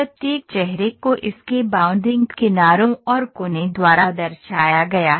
प्रत्येक चेहरे को इसके बाउंडिंग किनारों और कोने द्वारा दर्शाया गया है